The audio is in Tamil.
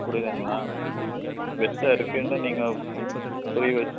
புரியுதுங்களா பெஸ்டாக இருக்குன்றதை நீங்கள் புரியவச்சு